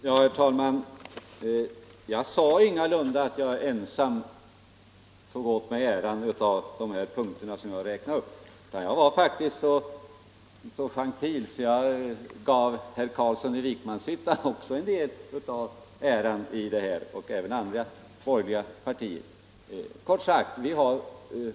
Herr talman! Jag sade ingalunda att jag ensam tog åt mig äran av de gjorda insatserna. Jag var faktiskt så gentil att jag gav herr Carlsson i Vikmanshyttan och andra borgerliga partiers företrädare en del av äran.